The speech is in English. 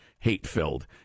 hate-filled